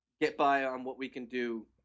get-by-on-what-we-can-do